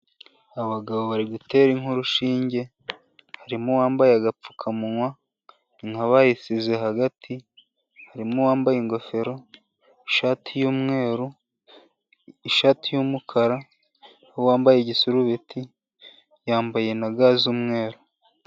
Abagabo bari gutera inka urushinge, harimo uwambaye agapfukamunwa, inka bayishyize hagati, harimo uwambaye ingofero, ishati y'umweru, ishati y'umukara, uwambaye igisurubiti yambaye na ga z'umweru.